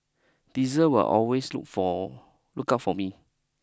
Diesel will always look for look out for me